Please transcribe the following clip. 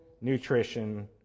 nutrition